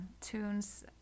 tunes